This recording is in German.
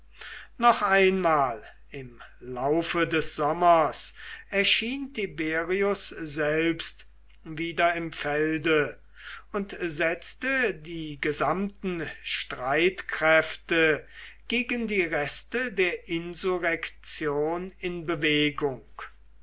noch einmal im laufe des sommers erschien tiberius selbst wieder im felde und setzte die gesamten streitkräfte gegen die reste der insurrektion in bewegung